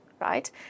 right